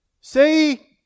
say